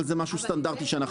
זה משהו סטנדרטי.